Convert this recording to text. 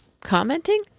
commenting